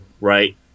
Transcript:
right